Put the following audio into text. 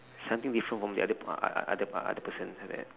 something different from the other per~ uh other per~ other person